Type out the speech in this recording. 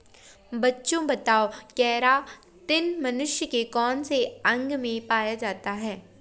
बच्चों बताओ केरातिन मनुष्य के कौन से अंग में पाया जाता है?